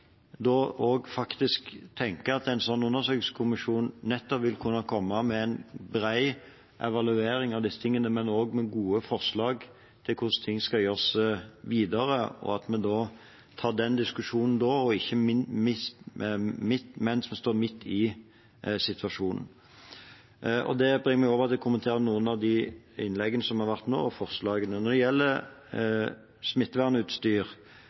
da faktisk tenker at en slik undersøkelseskommisjon nettopp vil kunne komme med en bred evaluering av disse tingene, men også komme med gode forslag til hvordan ting skal gjøres videre, og at vi tar den diskusjonen da og ikke mens vi står midt oppe i situasjonen. Det bringer meg over til å kommentere noen av innleggene som har vært holdt nå, og forslagene. Når det gjelder